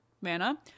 mana